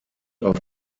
auf